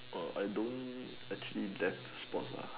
orh I don't actually that sports lah